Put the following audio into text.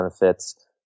benefits